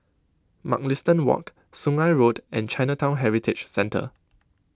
Mugliston Walk Sungei Road and Chinatown Heritage Centre